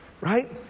Right